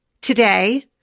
Today